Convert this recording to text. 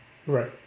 right